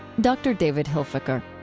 dr. david hilfiker